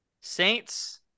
Saints